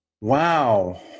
Wow